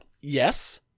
yes